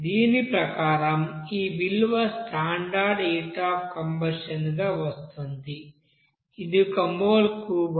దీని ప్రకారం ఈ విలువ స్టాండర్డ్ హీట్ అఫ్ కంబషన్ గా వస్తోంది ఇది ఒక మోల్కు 1366